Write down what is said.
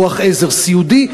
לכוח עזר סיעודי,